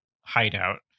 hideout